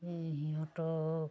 সিহঁতক